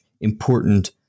important